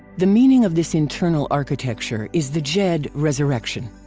the meaning of this internal architecture is the djed resurrection.